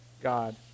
God